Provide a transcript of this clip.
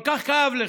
כל כך כאב לך.